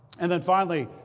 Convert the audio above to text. and then, finally,